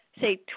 say